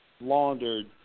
laundered